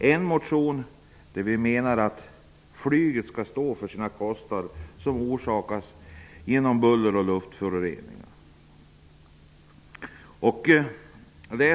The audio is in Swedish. I den ena motionen säger vi att flyget skall ta sin del av kostnaderna för vad buller och luftföroreningar förorsakar.